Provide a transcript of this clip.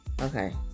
Okay